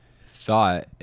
thought